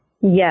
Yes